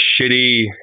shitty